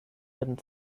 werden